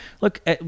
Look